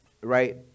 Right